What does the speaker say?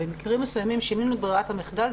במקרים מסוימים שינינו את ברירת המחדל,